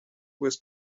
with